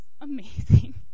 amazing